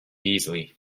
easily